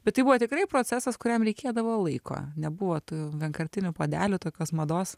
bet tai buvo tikrai procesas kuriam reikėdavo laiko nebuvo tų vienkartinių puodelių tokios mados